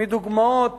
מדוגמאות